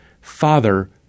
Father